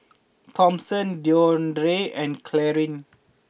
Thompson Deondre and Clarine